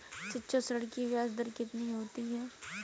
शिक्षा ऋण की ब्याज दर कितनी होती है?